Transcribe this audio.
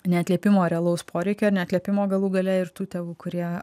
neatliepimo realaus poreikio neatliepimo galų gale ir tų tėvų kurie